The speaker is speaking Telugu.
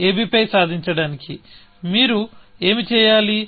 ab పై సాధించడానికి మీరు ఏమి చేయాలి